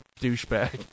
douchebag